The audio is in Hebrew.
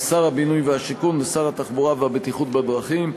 משר הבינוי והשיכון לשר התחבורה והבטיחות בדרכים.